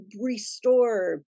restore